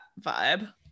vibe